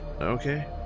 okay